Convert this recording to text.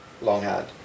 longhand